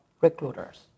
recruiters